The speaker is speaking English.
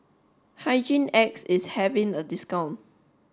Hygin X is having a discount